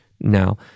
now